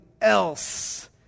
else